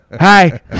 hi